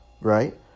right